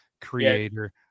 creator